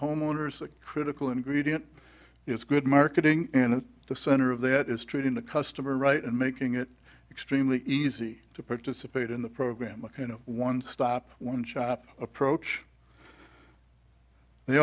homeowners a critical ingredient is good marketing and the center of that is treating the customer right and making it extremely easy to participate in the program you know one stop one shop approach they